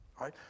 right